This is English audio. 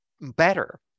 better